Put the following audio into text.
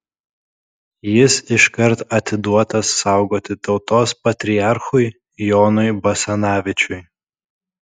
jis iškart atiduotas saugoti tautos patriarchui jonui basanavičiui